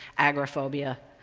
agoraphobia,